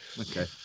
okay